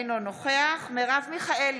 אינו נוכח מרב מיכאלי,